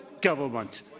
government